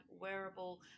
wearable